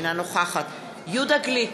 אינה נוכחת יהודה גליק,